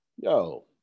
Yo